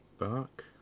back